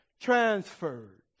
transferred